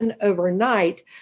overnight